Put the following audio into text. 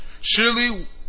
Surely